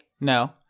No